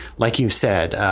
like you said,